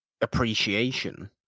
appreciation